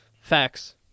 Facts